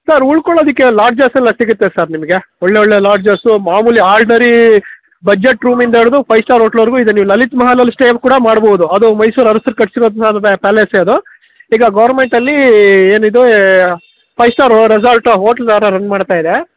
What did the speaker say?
sir ಉಳ್ಕೊಳ್ಳೋದಕ್ಕೆ lodges ಎಲ್ಲ ಸಿಗುತ್ತೆ ಸರ್ ನಿಮಗೆ ಒಳ್ಳೊಳ್ಳೆಯ ಲಾಡ್ಜಸ್ಸು ಮಾಮೂಲಿ ಆರ್ಡ್ನರಿ ಬಜೆಟ್ ರೂಮಿಂದ ಹಿಡಿದು ಫೈವ್ ಸ್ಟಾರ್ ಹೋಟೆಲ್ವರೆಗೂ ಇದೆ ನೀವು ಲಲಿತ ಮಹಲಲ್ಲಿ ಸ್ಟೇ ಕೂಡ ಮಾಡ್ಬೋದು ಅದು ಮೈಸೂರು ಅರಸರು ಕಟ್ಸಿರೋ ಪ್ಯಾಲೆಸ್ಸೆ ಅದು ಈಗ ಗೌರ್ಮೆಂಟಲ್ಲೀ ಏನಿದೆ ಫೈವ್ ಸ್ಟಾರ್ ರೆಸಾರ್ಟ್ ಹೋಟೆಲ್ ಥರ ರನ್ ಮಾಡ್ತಾ ಇದೆ